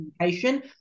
communication